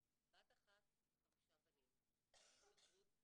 בת אחת, חמישה בנים, גיל התבגרות,